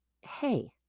hey